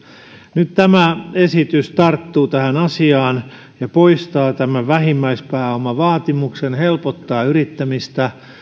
nyt tämä esitys tarttuu tähän asiaan ja poistaa tämän vähimmäispääomavaatimuksen helpottaa yrittämistä